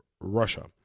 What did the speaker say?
russia